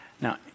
Now